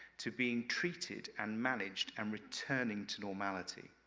to being treated and managed, and returning to normality.